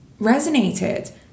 resonated